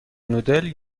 نودل